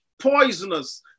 poisonous